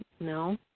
no